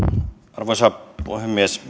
arvoisa puhemies